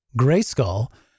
grayskull